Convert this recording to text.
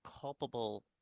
culpable